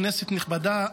כנסת נכבדה,